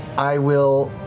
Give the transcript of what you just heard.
i will,